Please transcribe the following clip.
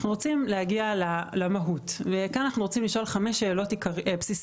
אנחנו רוצים להגיע למהות וכאן אנחנו רוצים לשאול חמש שאלות בסיסיות